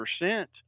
percent